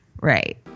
Right